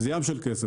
זה ים של כסף.